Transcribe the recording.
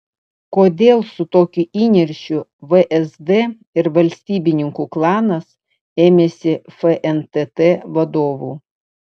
kodėl su tokiu įniršiu vsd ir valstybininkų klanas ėmėsi fntt vadovų